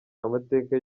amateka